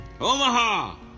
omaha